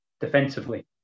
defensively